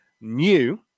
new